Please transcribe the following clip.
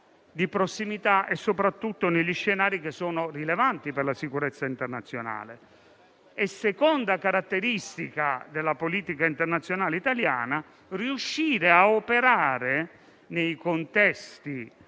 di prossimità e, soprattutto, negli scenari rilevanti per la sicurezza internazionale. La seconda caratteristica della politica internazionale italiana è quella di riuscire a operare, soprattutto